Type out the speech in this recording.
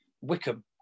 Wickham